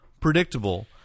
predictable